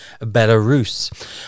Belarus